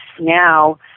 now